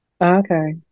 Okay